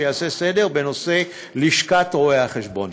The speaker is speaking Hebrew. שיעשה סדר בנושא לשכת רואי-החשבון.